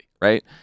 right